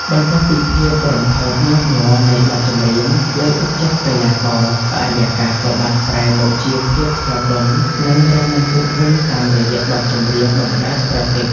បន្ទាប់ពីភាពរំភើបញាប់ញ័រនៃបទចម្រៀងលើកទឹកចិត្តកីឡាករ បរិយាកាសក៏បានប្រែមកជាភាពស្រទន់ និងរ៉ូមែនទិកវិញតាមរយៈបទចម្រៀង បណ្តែតប្រទីប។